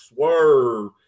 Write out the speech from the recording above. Swerve